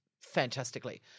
Fantastically